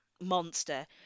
monster